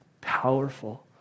powerful